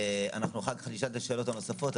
ואנחנו אחר כך נשאל את השאלות הנוספות,